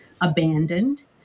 abandoned